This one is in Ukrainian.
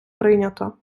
прийнято